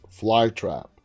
flytrap